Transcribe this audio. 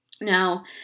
Now